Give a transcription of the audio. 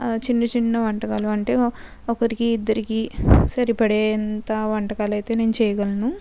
చిన్ని చిన్ని వంటకాలు అంటే ఒకరికి ఇద్దరికి సరిపడే అంత వంటకాలు అయితే నేను చేయగలను